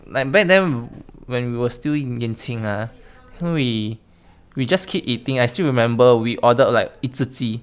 like back then when we were still 年轻 ah then we we just keep eating I still remember we ordered like 一只鸡